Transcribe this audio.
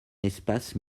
espace